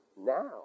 now